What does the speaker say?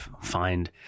find